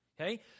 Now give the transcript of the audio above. Okay